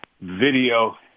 video